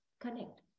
connect